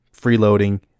freeloading